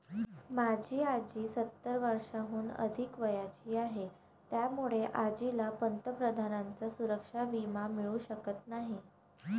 माझी आजी सत्तर वर्षांहून अधिक वयाची आहे, त्यामुळे आजीला पंतप्रधानांचा सुरक्षा विमा मिळू शकत नाही